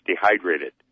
dehydrated